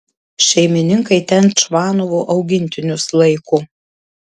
šeimininkai ten čvanovo augintinius laiko